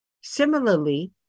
Similarly